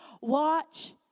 Watch